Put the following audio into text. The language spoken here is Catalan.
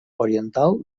oriental